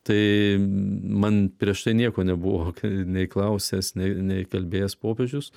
tai man prieš tai nieko nebuvo nei klausęs nei kalbėjęs popiežius